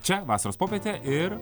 čia vasaros popietė ir